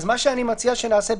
מה שאני מציע שנעשה,